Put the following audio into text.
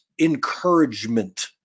encouragement